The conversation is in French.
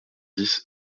dix